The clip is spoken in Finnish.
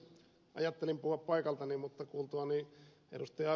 ajattelin puhua paikaltani mutta kuultuani ed